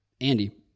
Andy